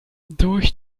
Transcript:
durch